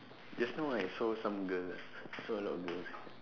just now I saw some girls I saw a lot of girls